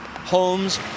homes